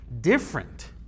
different